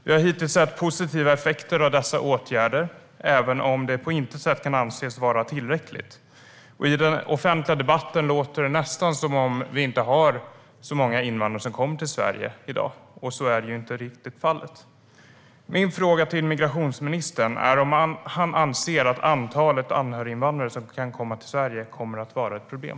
Vi har hittills sett positiva effekter av dessa åtgärder, även om det på intet sätt kan anses vara tillräckligt. I den offentliga debatten låter det nästan som att det inte kommer så många invandrare till Sverige i dag, men så är ju inte riktigt fallet. Min fråga till migrationsministern är om han anser att antalet anhöriginvandrare som kan komma till Sverige kommer att vara ett problem.